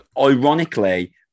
ironically